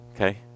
Okay